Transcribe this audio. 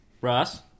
Ross